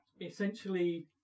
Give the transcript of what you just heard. essentially